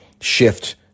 shift